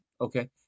Okay